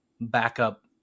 backup